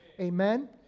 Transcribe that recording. Amen